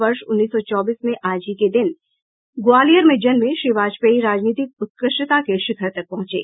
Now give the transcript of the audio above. वर्ष उन्नीस सौ चौबीस में आज ही के दिन ग्वालियर में जन्मे श्री वाजपेयी राजनीतिक उत्कृष्टता के शिखर तक पहुंचे